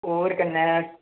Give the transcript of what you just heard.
होर कन्नै